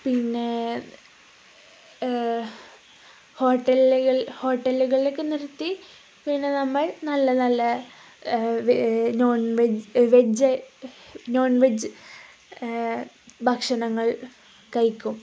പിന്നേ ഹോട്ടലുകളിലൊക്കെ നിർത്തി പിന്നെ നമ്മൾ നല്ല നല്ല non veg veg non veg ഭക്ഷണങ്ങൾ കഴിക്കും